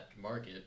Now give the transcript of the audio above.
market